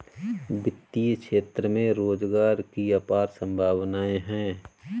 वित्तीय क्षेत्र में रोजगार की अपार संभावनाएं हैं